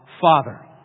Father